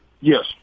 Yes